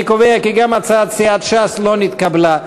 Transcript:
אני קובע כי גם הצעת סיעת ש"ס לא נתקבלה.